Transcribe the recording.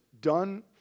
done